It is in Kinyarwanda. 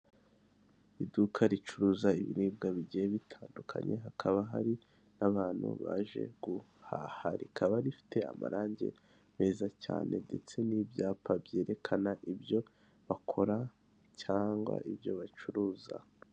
Iduka ricuruza ibiribwa bigiye bitandukanye, hakaba hari n'abantu baje guhaha, rikaba rifite amarangi meza cyane ndetse n'ibyapa byerekana ibyo bakora cyangwa ibyo bacuruza.